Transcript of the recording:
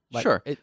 Sure